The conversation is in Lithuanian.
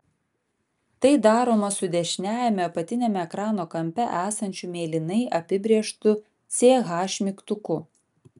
tai daroma su dešiniajame apatiniame ekrano kampe esančiu mėlynai apibrėžtu ch mygtuku